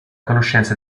conoscenza